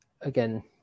Again